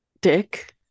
dick